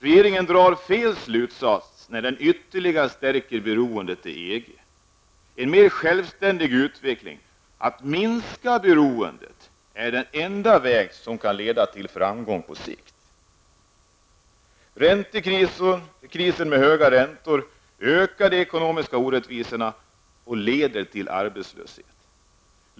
Regeringen drar fel slutsats när den ytterligare stärker beroendet av EG. En mer självständig utveckling för att minska beroendet är den enda väg som på sikt kan leda till framgång. Räntekriser med höga räntor ökar de ekonomiska orättvisorna och leder till ökad arbetslöshet.